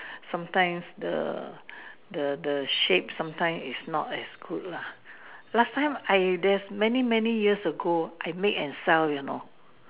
sometimes the the the shape sometime is not as good lah last time I there's many many years ago I make and sell you know